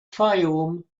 fayoum